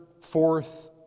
fourth